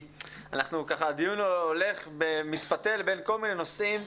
הדיון הולך ומתפתל בין כל מיני נושאים.